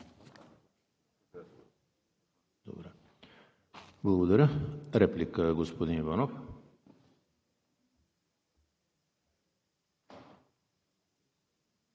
Благодаря. Реплика – господин Иванов.